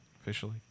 Officially